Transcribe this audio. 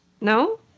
No